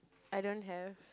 I don't have